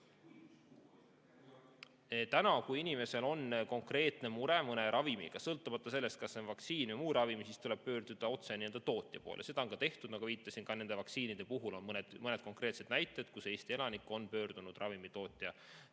Täna, kui inimesel on konkreetne mure mõne ravimiga, sõltumata sellest, kas see on vaktsiin või muu ravim, siis tuleb pöörduda otse tootja poole. Seda on ka tehtud, nagu ma viitasin. Ka nende vaktsiinide puhul on mõned konkreetsed näited, kus Eesti elanik on pöördunud ravimitootja